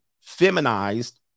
feminized